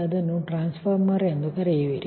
ನಂತರ ನೀವು ಟ್ರಾನ್ಸ್ಫಾರ್ಮರ್ ಎಂದು ಕರೆಯುವಿರಿ ಸರಿ